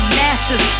masters